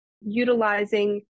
utilizing